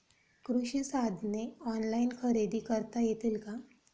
कृषी साधने ऑनलाइन खरेदी करता येतील का?